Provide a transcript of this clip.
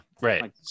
Right